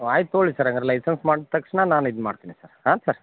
ಆಯ್ತು ತೊಗೊಳ್ಳಿ ಸರ್ ಹಂಗಾರ್ ಲೈಸೆನ್ಸ್ ಮಾಡ್ದ ತಕ್ಷಣ ನಾನು ಇದು ಮಾಡ್ತೀನಿ ಸರ್ ಹಾಂ ಸರ್